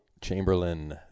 Chamberlain